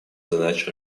задач